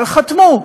אבל חתמו.